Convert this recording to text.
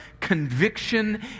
conviction